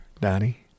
Donnie